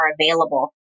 available